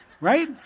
Right